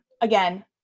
again